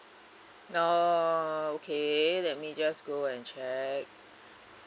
uh okay let me just go and check